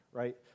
right